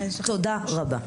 תודה רבה.